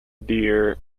deer